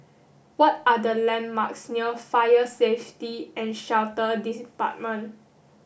what are the landmarks near Fire Safety and Shelter Department